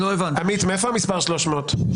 עמית, מאיפה המספר 300?